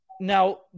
Now